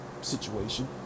situation